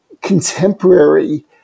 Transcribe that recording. contemporary